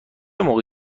موقع